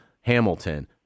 Hamilton